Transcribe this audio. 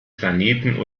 planeten